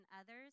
others